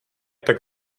tak